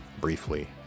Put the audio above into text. briefly